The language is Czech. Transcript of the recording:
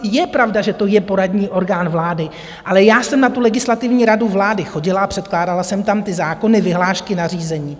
Je pravda, že to je poradní orgán vlády, ale já jsem na tu Legislativní radu vlády chodila a předkládala jsem tam ty zákony, vyhlášky, nařízení.